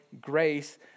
grace